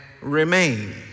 remain